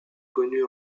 connues